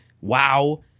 wow